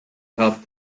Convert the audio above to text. helped